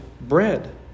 bread